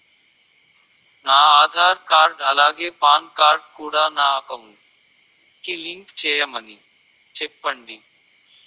నా ఆధార్ కార్డ్ అలాగే PAN card కూడా నా అకౌంట్ కి లింక్ చేయమని చెప్పండి